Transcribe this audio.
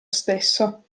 stesso